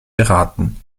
beraten